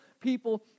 people